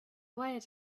wired